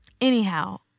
Anyhow